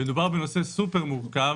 מדובר בנושא סופר מורכב.